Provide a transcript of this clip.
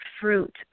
fruit